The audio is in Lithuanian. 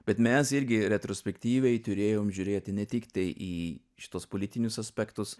bet mes irgi retrospektyviai turėjom žiūrėti ne tiktai į šituos politinius aspektus